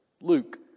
Luke